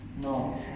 No